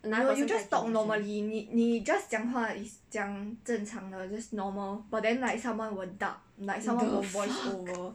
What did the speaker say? another person the fuck